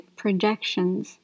projections